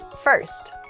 First